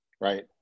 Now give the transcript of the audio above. right